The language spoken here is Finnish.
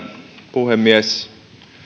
puhemies